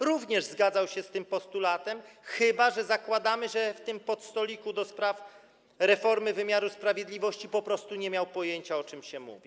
On również zgadzał się z tym postulatem, chyba że zakładamy, że w tym podstoliku do spraw reformy wymiaru sprawiedliwości po prostu nie miał pojęcia, o czym się mówi.